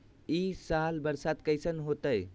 ई साल बरसात कैसन होतय?